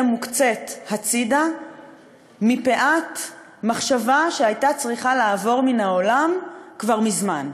מוקצית הצדה מפאת מחשבה שהייתה צריכה לעבור מן העולם כבר מזמן.